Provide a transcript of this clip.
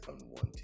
unwanted